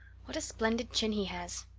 what a splendid chin he has!